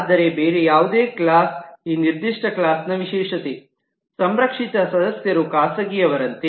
ಆದರೆ ಬೇರೆ ಯಾವುದೇ ಕ್ಲಾಸ್ ಈ ನಿರ್ದಿಷ್ಟ ಕ್ಲಾಸ್ನ ವಿಶೇಷತೆ ಸಂರಕ್ಷಿತ ಸದಸ್ಯರು ಖಾಸಗಿಯವರಂತೆ